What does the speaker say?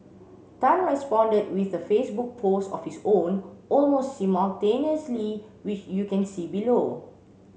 tan responded with a Facebook post of his own almost simultaneously which you can see below